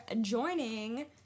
joining